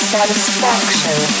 Satisfaction